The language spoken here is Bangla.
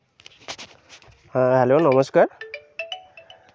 হ্যাঁ হ্যালো নমস্কার